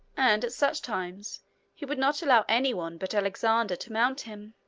and at such times he would not allow any one but alexander to mount him.